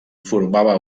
formava